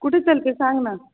कुठे चलते सांग ना